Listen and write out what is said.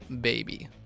baby